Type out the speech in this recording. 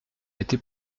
été